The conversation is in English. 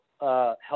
help